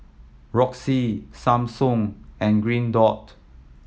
Roxy Samsung and Green Dot